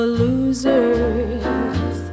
losers